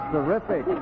Terrific